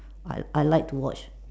I I like to watch